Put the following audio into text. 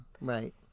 Right